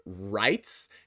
rights